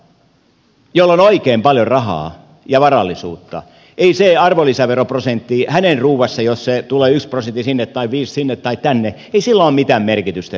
sille jolla on oikein paljon rahaa ja varallisuutta ei arvonlisäveroprosentilla hänen ruuassaan jos tulee yksi prosentti sinne tai viisi sinne tai tänne ole mitään merkitystä